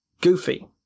goofy